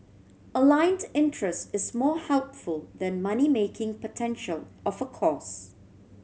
aligned interest is more helpful than money making potential of a course